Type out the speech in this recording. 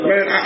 Man